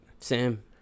Sam